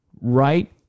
right